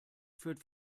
führt